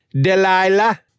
Delilah